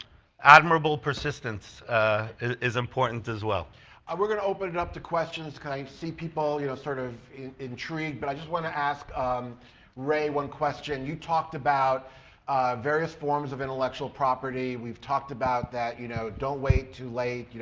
admirable persistence is important as well we're gonna open it up to questions kind of see people you know sort of intrigue but i just want to ask um ray one question you talked about various forms of intellectual property we've talked about that you know don't wait too late you